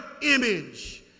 image